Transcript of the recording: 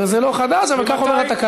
זה לא חדש, אבל ככה אומר התקנון.